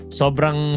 sobrang